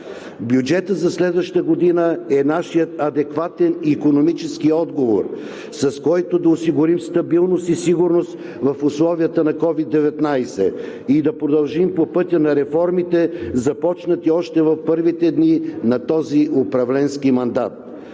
Бюджетът за следващата година е нашият адекватен икономически отговор, с който да осигурим стабилност и сигурност в условията на COVID-19 и да продължим по пътя на реформите, започнати още в първите дни на този управленски мандат.